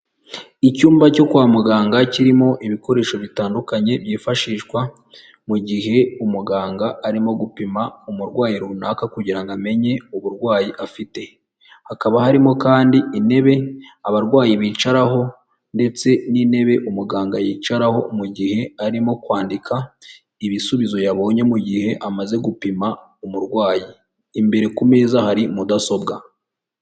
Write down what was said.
Icyumba cyo kwa muganga kirimo ibikoresho bitandukanye byifashishwa mu gihe umuganga arimo gupima umurwayi runaka kugira amenye uburwayi afite, hakaba harimo kandi intebe abarwayi bicaraho ndetse n'intebe umuganga yicaraho mu gihe arimo kwandika ibisubizo yabonye mu gihe amaze gupima umurwayi, imbere ku meza hari mudasobwa.